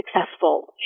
successful